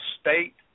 state